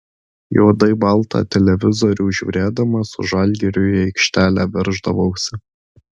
juodai baltą televizorių žiūrėdamas su žalgiriu į aikštelę verždavausi